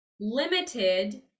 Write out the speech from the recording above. limited